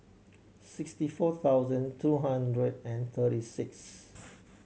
sixty four thousand three hundred and thirty six